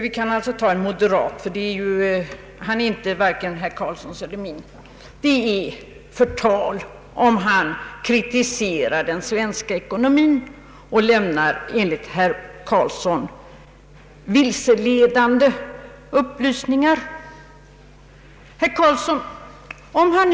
Vi kan för att vara objektiva hålla oss till en moderat, han är varken herr Karlssons eller min partiledare. Det är alltså förtal om han kritisera den svenska ekonomin och lämnar, enligt herr Karlsson, vilseledande uppgifter. Herr Karlsson!